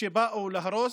שבאו להרוס,